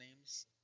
names